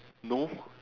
no